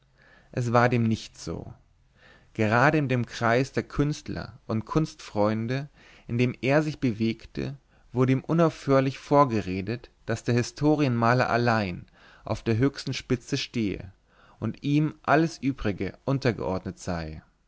es war dem nicht so gerade in dem kreis der künstler und kunstfreunde in dem er sich bewegte wurde ihm unaufhörlich vorgeredet daß der historienmaler allein auf der höchsten spitze stehe und ihm alles übrige untergeordnet sei